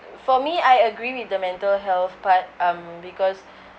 for me I agree with the mental health but um because